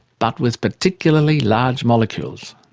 but with particularly large molecules.